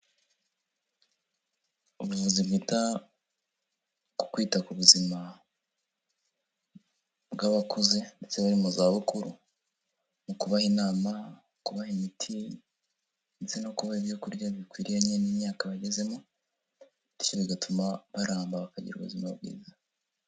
Ubuvuzi bwita ku kwita ku buzima bw'abakuze, ndetse bari mu za bukuru, mu kubaha inama, kubaha imiti, ndetse no kuba ibyo kurya bikwiranye n'imyaka bagezemo, ndetse bigatuma baramba, bakagira ubuzima bwiza.